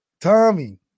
Tommy